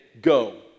go